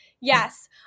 yes